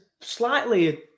slightly